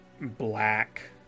black